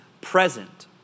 present